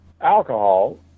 alcohol